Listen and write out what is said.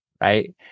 right